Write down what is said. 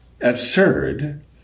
absurd